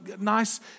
nice